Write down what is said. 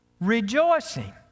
rejoicing